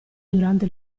durante